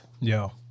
Yo